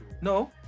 No